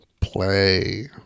play